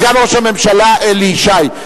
סגן ראש הממשלה אלי ישי.